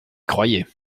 croyez